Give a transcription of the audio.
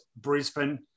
Brisbane